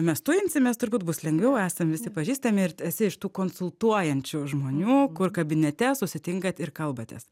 mes tujinsimės turbūt bus lengviau esam visi pažįstami ir esi iš tų konsultuojančių žmonių kur kabinete susitinkat ir kalbatės